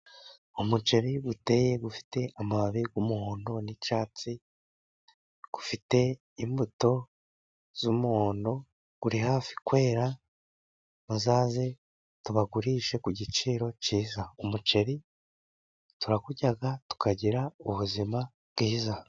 Umuceri uteye ufite amababi y'umuhondo n'icyatsi ufite imbuto z'umuhondo, uri hafi kwera muzaze tubagurishe ku giciro cyiza. Umuceri turawurya tukagira ubuzima bwiza.